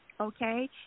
Okay